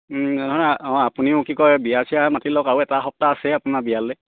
নহয় অঁ আপুনিও কি কয় বিয়া চিয়া মাতি লওক আৰু এটা সপ্তাহ আছে আপোনাৰ বিয়ালৈ